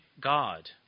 God